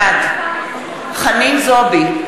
בעד חנין זועבי,